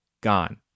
gone